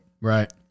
Right